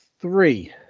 three